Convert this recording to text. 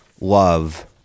love